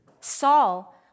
Saul